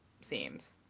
seems